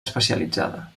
especialitzada